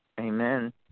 Amen